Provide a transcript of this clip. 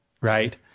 Right